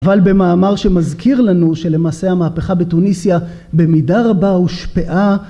אבל במאמר שמזכיר לנו שלמעשה המהפכה בתוניסיה במידה רבה הושפעה